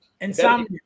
Insomnia